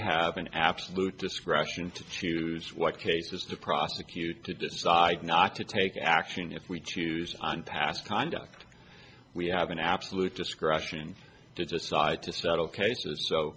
have an absolute discretion to choose what cases to prosecute to decide not to take action if we choose on past conduct we have an absolute discretion to decide to settle cases so